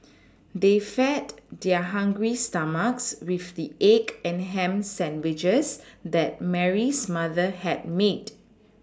they fed their hungry stomachs with the egg and ham sandwiches that Mary's mother had made